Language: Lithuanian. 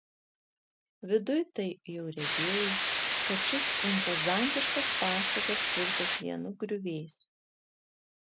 viduj tai jau regėjai kad šis impozantiškas pastatas virtęs vienu griuvėsiu